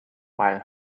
while